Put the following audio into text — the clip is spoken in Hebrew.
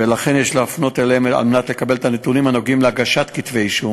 ולכן יש לפנות אליהם על מנת לקבל את הנתונים הנוגעים להגשת כתבי-אישום.